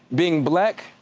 being black,